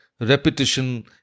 repetition